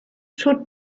should